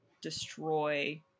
destroy